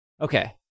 okay